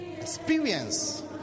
Experience